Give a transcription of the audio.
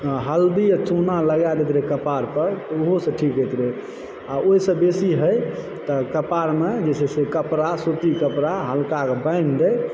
आ हल्दी आ चूना लगा लैत रहै कपाड़ पर तऽ ओहो सॅं ठीक होएत रहै आ ओहिसॅं बेसी होइ तऽ कपाड़मे जे छै से कपड़ा सूती कपड़ा हल्काके बान्हि दै